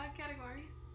categories